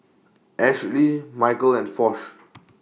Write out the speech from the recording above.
Ashly Micheal and Foch